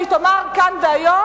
אם היא תאמר כאן והיום: